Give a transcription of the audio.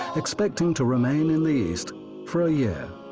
expecting to remain in the east for a year.